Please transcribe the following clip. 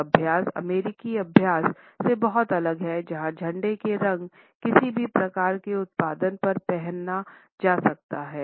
यह अभ्यास अमेरिकी अभ्यास से बहुत अलग है जहां झंडे के रंग किसी भी प्रकार के उत्पाद पर पहना जा सकता है